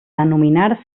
denominar